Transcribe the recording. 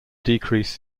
decrease